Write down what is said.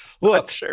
Look